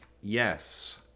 yes